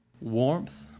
warmth